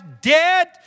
dead